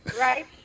Right